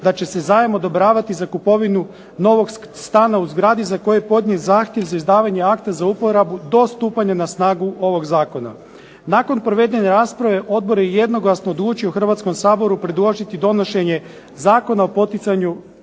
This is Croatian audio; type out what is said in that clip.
da će se zajam odobravati za kupovinu novog stana u zgradi za kojeg je podnijet zahtjev za izdavanje akta za uporabu do stupanja na snagu ovog zakona. Nakon provedene rasprave odbor je jednoglasno odlučio Hrvatskom saboru predložiti donošenje Zakona o poticanju